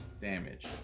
damage